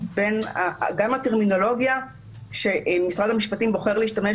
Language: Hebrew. גם הטרמינולוגיה שמשרד המשפטים בוחר להשתמש